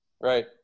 Right